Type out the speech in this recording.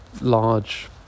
large